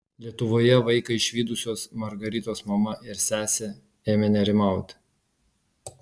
lietuvoje vaiką išvydusios margaritos mama ir sesė ėmė nerimauti